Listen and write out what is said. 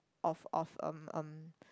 of of um